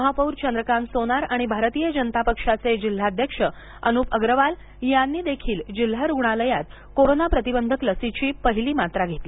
महापौर चंद्रकांत सोनार आणि भारतीय जनता पक्षाचे जिल्हाध्यक्ष अनुप अग्रवाल यांनीदेखील जिल्हा रुग्णालयात कोरोना प्रतिबंधक लसीची पहिली मात्रा काल घेतली